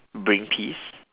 bring peace